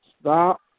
stop